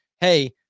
hey